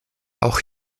auch